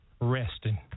resting